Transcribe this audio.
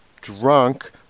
drunk